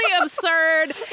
absurd